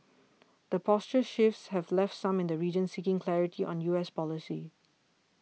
the posture shifts have left some in the region seeking clarity on U S policy